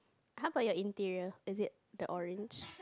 how about your interior is it the orange